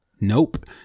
Nope